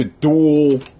dual